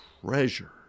treasure